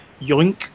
yoink